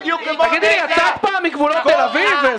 תגידי לי, סתיו, יצאת פעם מגבולות תל אביב?